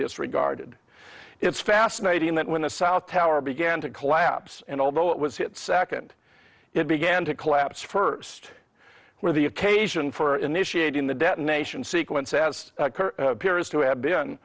disregarded it's fascinating that when the south tower began to collapse and although it was hit second it began to collapse first where the occasion for initiating the detonation sequence as appears to have been